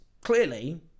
Clearly